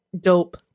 Dope